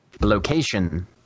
location